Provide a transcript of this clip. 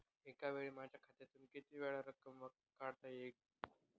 एकावेळी माझ्या खात्यातून कितीवेळा रक्कम काढता येईल?